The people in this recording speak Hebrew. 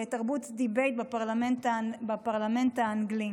תרבות הדיון בפרלמנט האנגלי.